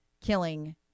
killing